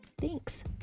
Thanks